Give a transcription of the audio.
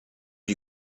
you